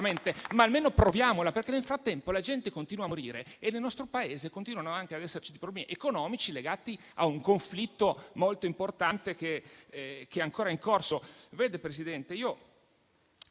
ma almeno proviamoci. Nel frattempo la gente continua a morire e nel nostro Paese continuano a esserci problemi economici legati a un conflitto molto importante, che è ancora in corso.